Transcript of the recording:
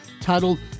titled